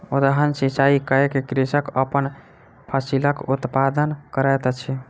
उद्वहन सिचाई कय के कृषक अपन फसिलक उत्पादन करैत अछि